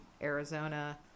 Arizona